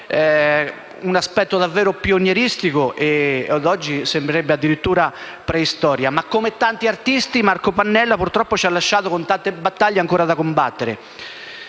un aspetto davvero pionieristico, che oggi sembrerebbe addirittura preistoria. Come tanti artisti, Marco Pannella purtroppo ci ha anche lasciato con tante battaglie ancora da combattere.